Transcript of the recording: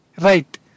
Right